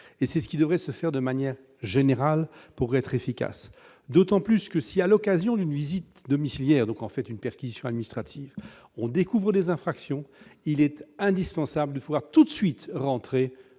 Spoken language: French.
C'est ce qui devrait se faire de manière générale pour être efficace, d'autant plus que si, à l'occasion d'une visite domiciliaire, c'est-à-dire d'une perquisition administrative, on découvre des infractions, il est indispensable de pouvoir tout de suite rentrer